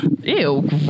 Ew